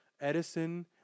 Edison